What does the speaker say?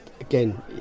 again